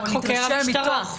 רק חוקר המשטרה.